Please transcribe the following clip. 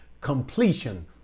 completion